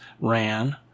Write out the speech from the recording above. Ran